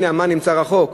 הנה המן נמצא רחוק?